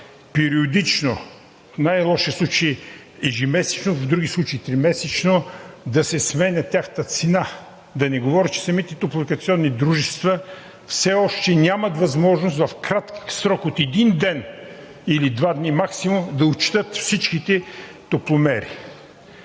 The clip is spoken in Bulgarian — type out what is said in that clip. периодично – в най-лошия случай ежемесечно, в други случаи тримесечно, да се сменя цената. Да не говоря, че самите топлофикационни дружества все още нямат възможност в кратък срок от един ден или два дни максимум да отчетат всичките топломери.